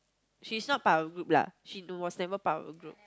she's not part of group lah she was never part of a group